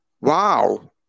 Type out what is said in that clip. Wow